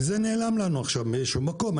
זה נעלם לנו עכשיו באיזשהו מקום.